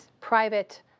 private